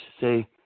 say